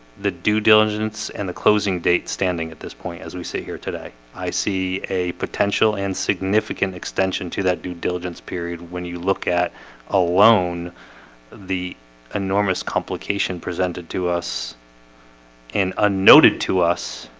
the due diligence and the closing date standing at this point as we say here today i see a potential and significant extension to that due diligence period when you look at alone the enormous complication presented to us and unnoted to us